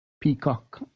Peacock